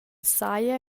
saja